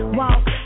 walk